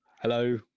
Hello